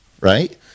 right